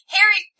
Harry